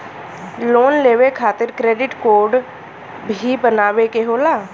Loan लेवे खातिर credit काडे भी बनवावे के होला?